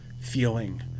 feeling